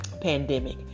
pandemic